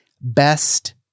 Best